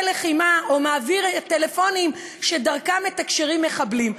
לחימה או מעביר טלפונים שדרכם מתקשרים מחבלים.